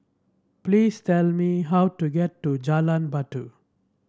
please tell me how to get to Jalan Batu